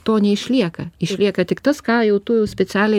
to neišlieka išlieka tik tas ką jau tu specialiai